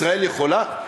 ישראל יכולה?